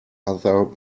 other